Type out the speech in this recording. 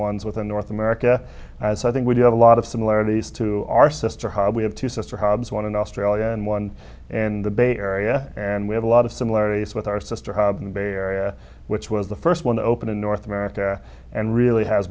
ones with the north america as i think we do have a lot of similarities to our sister how we have to sister hobbs one in australia and one and the bay area and we have a lot of similarities with our sister in the bay area which was the first one to open in north america and really has